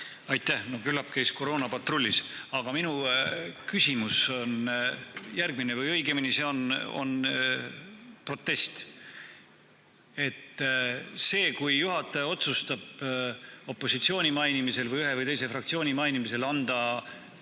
Aitäh! No küllap käis koroona patrullis. Aga minu küsimus on järgmine, või õigemini see on protest. See, kui juhataja otsustab opositsiooni mainimisel või ühe või teise fraktsiooni mainimisel anda